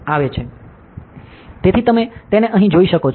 તેથી તમે તેને અહીં જોઈ શકો છો